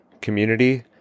community